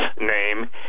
name